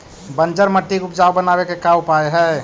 बंजर मट्टी के उपजाऊ बनाबे के का उपाय है?